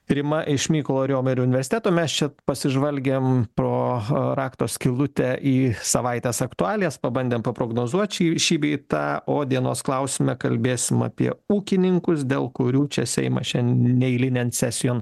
rima iš mykolo riomerio universiteto mes čia pasižvalgėm pro rakto skylutę į savaitės aktualijas pabandėm paprognozuoti šį šį bei tą o dienos klausime kalbėsim apie ūkininkus dėl kurių čia seimas neeilinėn sesijon